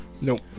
Nope